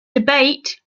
debate